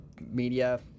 media